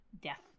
death